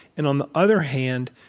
and on the other hand,